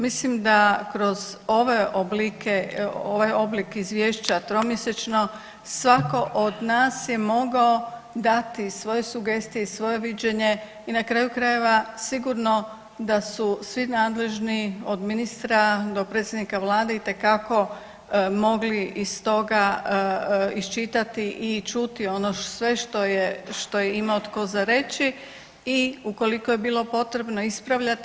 Mislim da kroz ove oblike, ovaj oblik izvješća tromjesečno svako od nas je mogao dati svoje sugestije i svoje viđenje i na kraju krajeva sigurno da su svi nadležni od ministra do predsjednika vlade itekako mogli iz toga iščitati i čuti ono sve što je, što je imao tko za reći i ukoliko je bilo potrebno ispravljati.